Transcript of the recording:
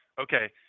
Okay